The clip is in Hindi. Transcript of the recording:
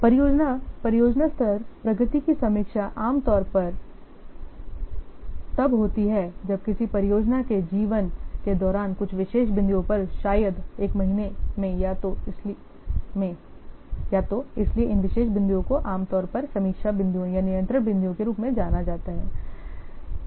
परियोजना परियोजना स्तरीय प्रगति की समीक्षा आम तौर पर तब होती है जब किसी परियोजना के जीवन के दौरान कुछ विशेष बिंदुओं पर शायद एक महीने में या तो इसलिए इन विशेष बिंदुओं को आमतौर पर समीक्षा बिंदुओं या नियंत्रण बिंदुओं के रूप में जाना जाता है